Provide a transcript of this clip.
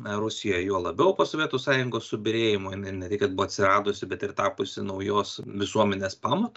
rusijoje juo labiau po sovietų sąjungos subyrėjimo jinai ne tai kad buvo atsiradusi bet ir tapusi naujos visuomenės pamatu